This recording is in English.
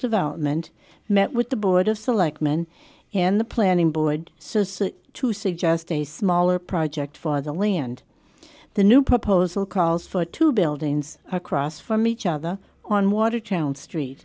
development met with the board of selectmen and the planning board so as to suggest a smaller project for the land the new proposal calls for two buildings across from each other on watertown street